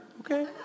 okay